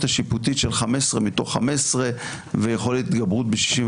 השיפוטית של 15 מתוך 15 ויכולת התגברות ב-61.